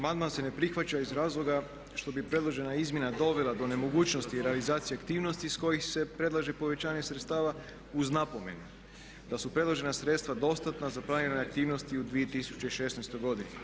Amandman se ne prihvaća iz razloga što bi predložena izmjena dovela do nemogućnosti realizacije aktivnosti iz kojih se predlaže povećanje sredstava uz napomenu da su predložena sredstva dostatna za planirane aktivnosti u 2016. godini.